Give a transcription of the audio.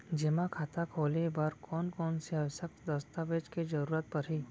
जेमा खाता खोले बर कोन कोन से आवश्यक दस्तावेज के जरूरत परही?